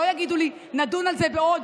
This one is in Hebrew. שלא יגידו לי: נדון על זה בעוד,